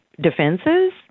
defenses